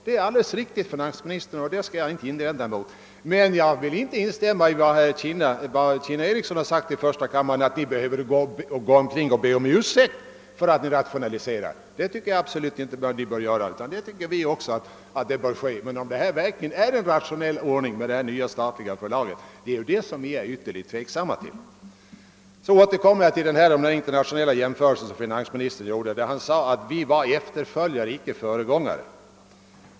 Jag kan däremot inte instämma i vad herr Ericsson i Kinna sade i första kammaren, nämligen att vi på något sätt skulle vilja att ni skulle be om ursäkt för att ni rationaliserar. Det tycker jag absolut inte att ni bör göra. Vi tycker också att man bör rationalisera. Men det är just i fråga om huruvida inrättandet av detta statliga förlag verkligen är en rationell lösning som vi ställer oss tveksamma. Jag återkommer så till finansministerns internationella jämförelse, där han sade att vi är efterföljare, icke föregångare.